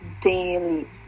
daily